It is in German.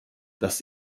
das